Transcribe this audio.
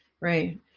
right